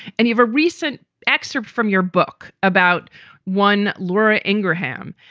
and you've a recent excerpt from your book about one. laura ingraham.